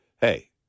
Hey